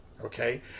Okay